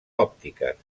òptiques